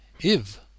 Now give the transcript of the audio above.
If